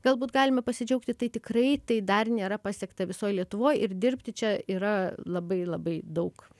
galbūt galime pasidžiaugti tai tikrai tai dar nėra pasiekta visoj lietuvoj ir dirbti čia yra labai labai daug